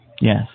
Yes